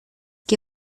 que